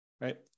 right